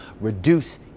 reduce